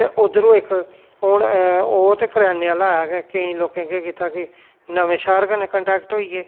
ते उद्धरूं इक हून ओह् ते करयाने आह्ला है गै केईं लोकें केह् कीता कि नवें शैह्र कन्ने कनटैक्ट होई गे